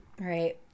right